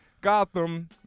Gotham